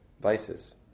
vices